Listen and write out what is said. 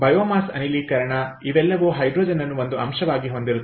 biomass ಅನಿಲೀಕರಣ ಇವೆಲ್ಲವೂ hydrogen ಅನ್ನು ಒಂದು ಅಂಶವಾಗಿ ಹೊಂದಿರುತ್ತವೆ